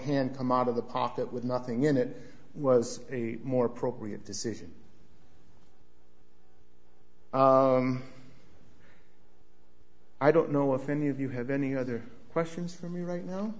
hand come out of the pocket with nothing in it was a more appropriate decision i don't know if any of you have any other questions for me right now